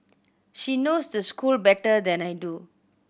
she knows the school better than I do